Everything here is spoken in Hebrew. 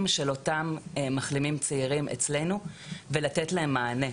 של אותם מחלימים צעירים אצלנו ולתת להם מענה.